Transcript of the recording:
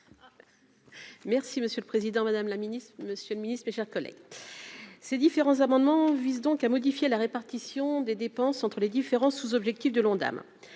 Merci monsieur le Président, Madame la Ministre, Monsieur le Ministre, mes chers collègues, ces différents amendements visent donc à modifier la répartition des dépenses entre les différents sous-objectifs de l'Ondam